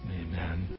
Amen